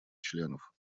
членов